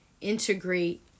integrate